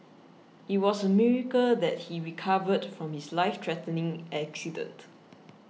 it was a miracle that he recovered from his life threatening accident